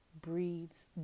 breeds